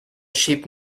ship